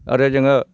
आरो जोङो